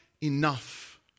enough